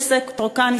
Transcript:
יש סקטור כאן,